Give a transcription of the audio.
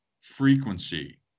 frequency